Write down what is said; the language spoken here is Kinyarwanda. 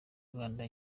uganda